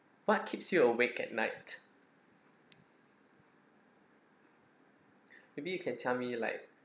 what keeps you awake at night maybe you can tell me like